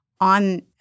on